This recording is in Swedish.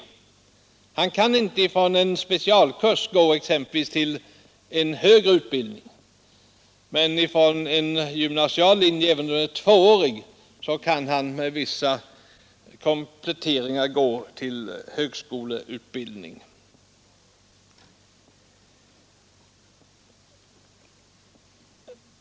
Eleven kan inte från en specialkurs gå exempelvis till en högre utbildning, men från en gymnasial linje även om den är tvåårig kan han med vissa kompletteringar gå till högskoleutbildning.